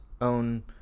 own